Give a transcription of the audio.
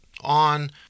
On